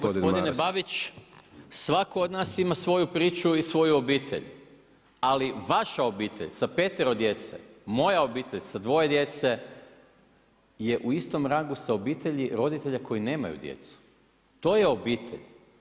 Gospodine Babić, svako od nas ima svoju priču i svoju obitelj, ali vaša obitelj sa petero djece, moja obitelj sa dvoje djece je u istom rangu sa obitelji roditelja koji nemaju djecu, to je obitelj.